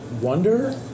wonder